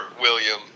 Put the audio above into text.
William